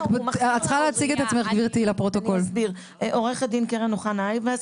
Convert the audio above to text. אני עורכת הדין קרן אוחנה איוס,